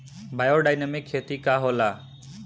Biodynamic खेती का होला?